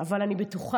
אבל אני בטוחה